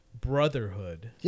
brotherhood